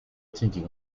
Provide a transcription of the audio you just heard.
thinking